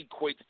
equates